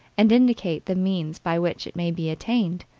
and indicate the means by which it may be attained.